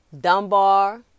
Dunbar